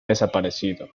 desaparecido